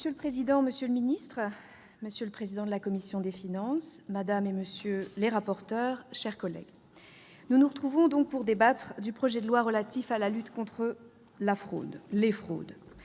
Monsieur le président, monsieur le ministre, monsieur le président de la commission des finances, madame, monsieur les rapporteurs, mes chers collègues, nous nous retrouvons pour débattre du projet de loi relatif à la lutte contre la fraude, contre les fraudes.